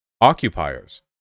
occupiers